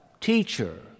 teacher